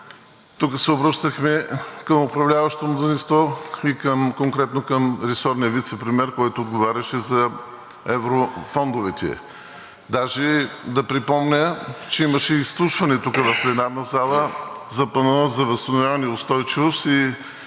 тук се обръщахме към управляващото мнозинство и конкретно към ресорния вицепремиер, който отговаряше за еврофондовете. Даже да припомня, че имаше и изслушване тук в пленарната зала за Плана за възстановяване и устойчивост и